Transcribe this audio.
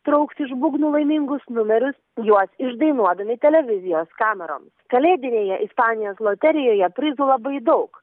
trauks iš būgnų laimingus numerius juos išdainuodami televizijos kameroms kalėdinėje ispanijos loterijoje prizų labai daug